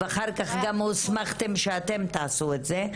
ואחר כך גם אתם כשהוסמכתם לעשות את זה,